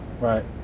Right